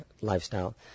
lifestyle